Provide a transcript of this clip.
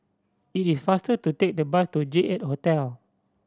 it is faster to take the bus to J Eight Hotel